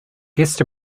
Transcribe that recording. guest